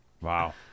Wow